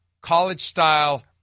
college-style